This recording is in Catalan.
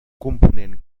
component